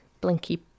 blinky